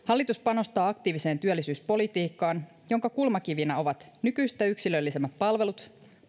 hallitus panostaa aktiiviseen työllisyyspolitiikkaan jonka kulmakivinä ovat nykyistä yksilöllisemmät palvelut